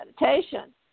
Meditation